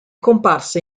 comparsa